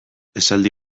esaldi